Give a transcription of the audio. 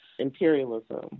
imperialism